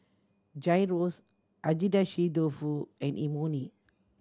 Gyros Agedashi Dofu and Imoni